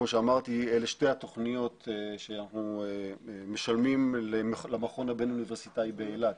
אלה שתי התכנית שאנחנו משלמים למכון הבין אוניברסיטאי באילת